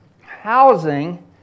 Housing